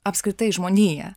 apskritai žmoniją